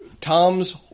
Tom's